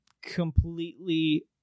completely